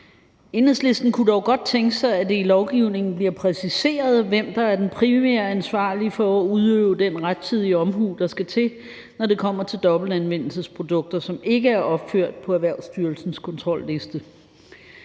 Enhedslisten kunne dog godt tænke sig, at det i lovgivningen bliver præciseret, hvem der er den primære ansvarlige for at udøve den rettidige omhu, der skal til, når det kommer til dobbeltanvendelsesprodukter, som ikke er opført på Erhvervsstyrelsens kontrolliste.